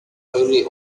only